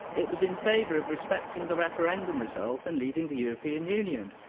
it was in favour of respecting the referendum result and leaving the european union.